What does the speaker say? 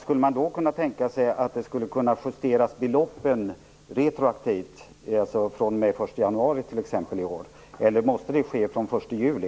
Skulle man då kunna tänka sig att justera beloppen retroaktivt, t.ex. fr.o.m. den 1 januari, eller måste det ske från den 1 juli?